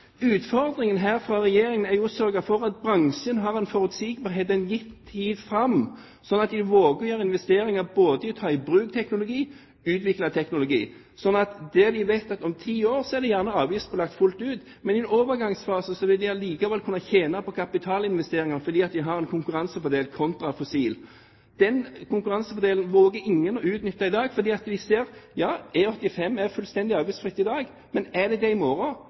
Utfordringen her for Regjeringen er å sørge for at bransjen får en forutsigbarhet en gitt tid framover, sånn at de våger å gjøre investeringer ved både å ta i bruk teknologi og å utvikle teknologi, at de vet at om ti år så er det gjerne avgiftsbelagt fullt ut, men i en overgangsfase vil de allikevel kunne tjene på kapitalinvesteringer, fordi de har en konkurransefordel kontra fossilt drivstoff. Den konkurransefordelen våger ingen å utnytte i dag, fordi de ser at drivstoffet E85 er fullstendig avgiftsfritt, men er det det i morgen?